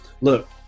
look